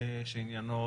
שעניינו